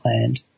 land